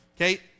Okay